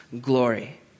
glory